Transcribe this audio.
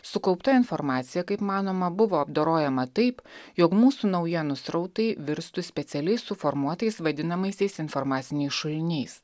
sukaupta informacija kaip manoma buvo apdorojama taip jog mūsų naujienų srautai virstų specialiai suformuotais vadinamaisiais informaciniai šuliniais